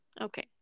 Okay